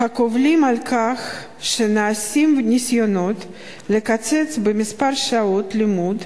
הקובלים על כך שנעשים ניסיונות לקצץ במספר שעות הלימוד